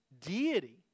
deity